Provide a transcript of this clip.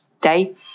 day